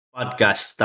Podcast